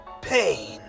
pain